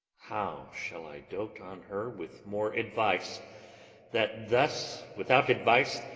how shall i dote on her with more advice that thus without advice